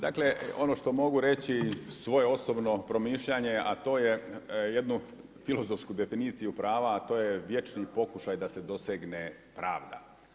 Dakle, ono što mogu reći svoje osobno promišljanje a to je jednu filozofsku definiciju prava a to je vječni pokušaj da se dosegne pravda.